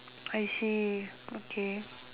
I see okay